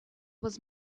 was